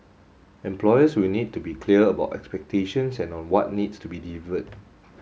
employers will need to be clear about expectations and on what needs to be delivered